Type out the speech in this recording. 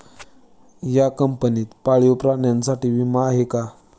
या कंपनीत पाळीव प्राण्यांसाठी विमा आहे का?